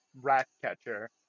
Ratcatcher